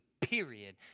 period